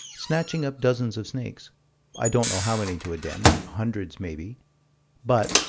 snatching up dozens of snakes i don't know how many to a den hundreds maybe but,